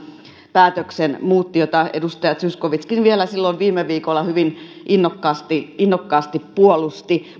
päätöksen jota edustaja zyskowiczkin vielä silloin viime viikolla hyvin innokkaasti innokkaasti puolusti